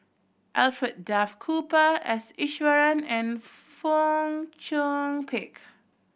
Alfred Duff Cooper S Iswaran and Fong Chong Pik